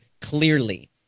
clearly